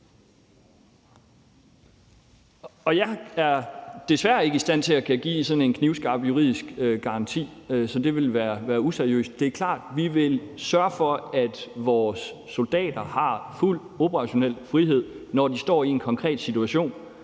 jeg er desværre ikke i stand til at kunne give sådan en knivskarp juridisk garanti, så det ville være useriøst. Det er klart, at vi vil sørge for, at vores soldater har fuld operationel frihed, når de står i en konkret situation,